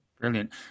Brilliant